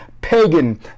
pagan